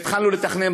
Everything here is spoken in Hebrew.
והתחלנו לתכנן.